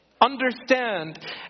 understand